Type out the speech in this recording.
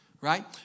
Right